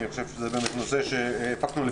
אני חושב שזה נושא שבו הפקנו לקחים.